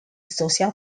social